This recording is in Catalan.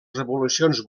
revolucions